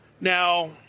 Now